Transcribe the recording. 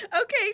Okay